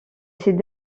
ses